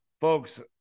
Folks